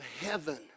heaven